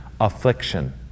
affliction